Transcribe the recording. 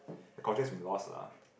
the culture has been lost lah